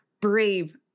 brave